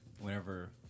Whenever